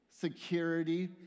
security